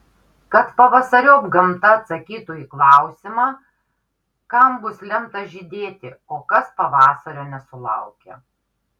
kad pavasariop gamta atsakytų į klausimą kam bus lemta žydėti o kas pavasario nesulaukė